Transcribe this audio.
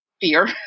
fear